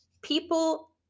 people